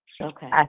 Okay